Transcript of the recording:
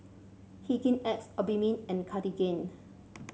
Hygin X Obimin and Cartigain